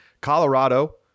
Colorado